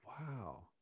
Wow